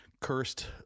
cursed